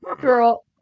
girl